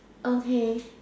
okay